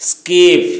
skip